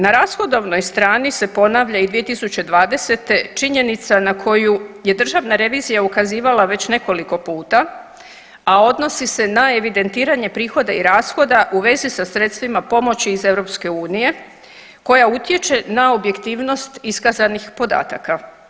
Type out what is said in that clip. Na rashodovnoj strani se ponavlja i 2020. činjenica na koju je Državna revizija ukazivala već nekoliko puta a odnosi se na evidentiranje prihoda i rashoda u vezi sa sredstvima pomoći iz EU-a koja utječe na objektivnosti iskazanih podataka.